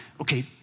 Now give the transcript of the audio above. Okay